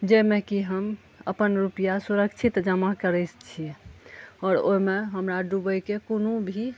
जाहिमे कि हम अपन रुपैआ सुरक्षित जमा करैत छी आओर ओहिमे हमरा डुबैके कोनो भी